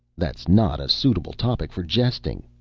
that's not a suitable topic for jesting,